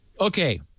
Okay